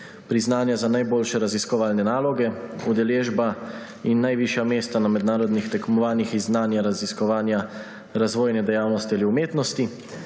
priznanja za najboljše raziskovalne naloge, udeležba in najvišja mesta na mednarodnih tekmovanjih iz znanja, raziskovanja, razvojne dejavnosti ali umetnosti,